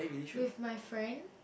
with my friends